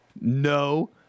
No